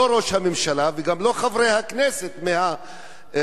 לא ראש הממשלה וגם לא חברי הכנסת מהקואליציה,